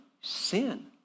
sin